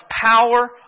power